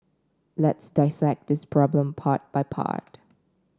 let's dissect this problem part by part